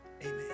Amen